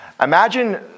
imagine